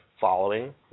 following